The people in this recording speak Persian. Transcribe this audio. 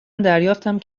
دریافتم